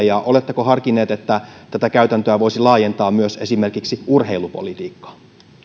ja oletteko harkinnut että tätä käytäntöä voisi laajentaa esimerkiksi myös urheilupolitiikkaan